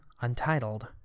untitled